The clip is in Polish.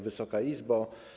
Wysoka Izbo!